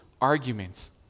arguments